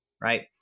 right